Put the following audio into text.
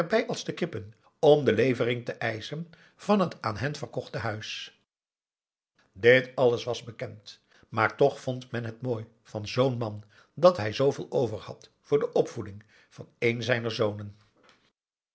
als de kippen om de levering te eischen van het aan hen verkochte huis dit alles was bekend maar toch vond men het mooi van zoo'n man dat hij zooveel over had voor de opvoeding van een zijner zonen